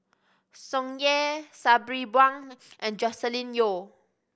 Tsung Yeh Sabri Buang and Joscelin Yeo